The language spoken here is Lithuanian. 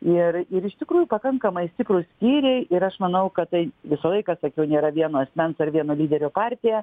ir ir iš tikrųjų pakankamai stiprūs skyriai ir aš manau kad tai visą laiką sakiau nėra vieno asmens vieno lyderio partija